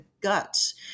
guts